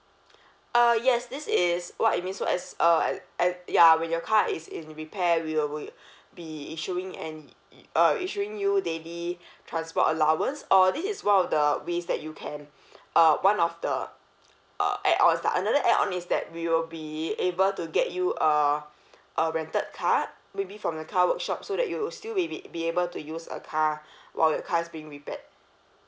uh yes this is what it means so as a a~ a~ ya when your car is in repair we will b~ be issuing and uh issuing you daily transport allowance or this is one of the ways that you can uh one of the uh add ons lah another add on is that we will be able to get you uh a rented car maybe from the car workshop so that you will still will be be able to use a car while your car is being repaired